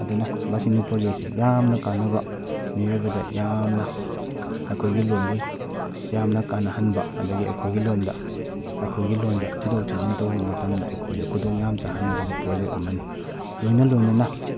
ꯑꯗꯨꯅ ꯕꯥꯁꯤꯅꯤ ꯄ꯭ꯔꯣꯖꯦꯛꯁꯦ ꯌꯥꯝꯅ ꯀꯥꯟꯅꯕ ꯃꯤꯑꯣꯏꯕꯗ ꯌꯥꯝꯅ ꯑꯩꯈꯣꯏꯒꯤ ꯂꯣꯟꯕꯨ ꯌꯥꯝꯅ ꯀꯥꯟꯅꯍꯟꯕ ꯑꯗꯒꯤ ꯑꯩꯈꯣꯏꯒꯤ ꯂꯣꯟꯗ ꯑꯩꯈꯣꯏꯒꯤ ꯂꯣꯟꯗ ꯊꯤꯗꯣꯛ ꯊꯤꯖꯤꯟ ꯇꯧꯕ ꯃꯇꯝꯗ ꯑꯩꯈꯣꯏꯗ ꯈꯨꯗꯣꯡ ꯌꯥꯝ ꯆꯥꯍꯟꯒꯗꯕ ꯄ꯭ꯔꯣꯖꯦꯛ ꯑꯃꯅꯤ ꯂꯣꯏꯅ ꯂꯣꯏꯅꯅ